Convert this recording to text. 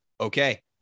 okay